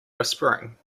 whispering